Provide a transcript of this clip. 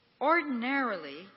Ordinarily